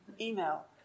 email